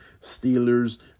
Steelers